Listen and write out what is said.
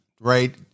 right